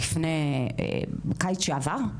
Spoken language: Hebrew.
בקיץ שעבר.